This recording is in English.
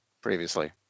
previously